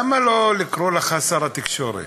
למה לא לקרוא לך שר התקשורת?